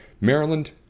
Maryland